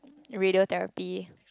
radiotherapy